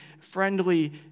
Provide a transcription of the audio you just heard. friendly